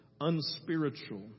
unspiritual